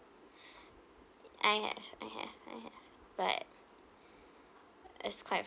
I have I have I have but it's quite